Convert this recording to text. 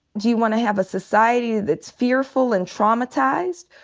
do you wanna have a society that's fearful and traumatized?